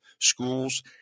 schools